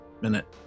minute